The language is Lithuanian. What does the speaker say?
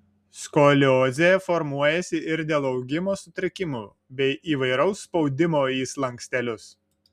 skoliozė formuojasi ir dėl augimo sutrikimų bei įvairaus spaudimo į slankstelius